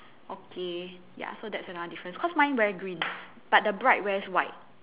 okay ya so that's another difference cause mine wear green but the bride wears white